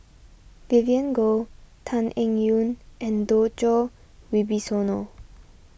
Vivien Goh Tan Eng Yoon and Djoko Wibisono